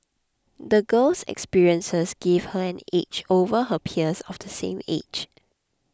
the girl's experiences gave her an edge over her peers of the same age